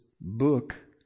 book